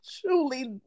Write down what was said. truly